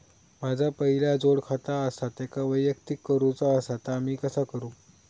माझा पहिला जोडखाता आसा त्याका वैयक्तिक करूचा असा ता मी कसा करू?